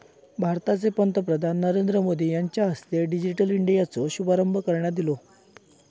भारताचे पंतप्रधान नरेंद्र मोदी यांच्या हस्ते डिजिटल इंडियाचो शुभारंभ करण्यात ईला